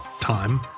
time